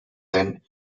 then